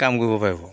কাম কৰিব পাৰিব